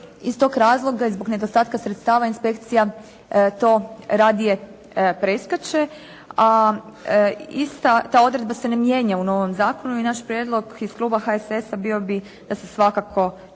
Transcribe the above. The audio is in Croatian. iz tog razloga i zbog nedostatka sredstava inspekcija to radije preskače, a ista ta odredba se ne mijenja u novom zakonu. I naš prijedlog iz kluba HSS-a bio bi da se svakako to